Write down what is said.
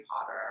Potter